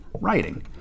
writing